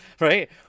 Right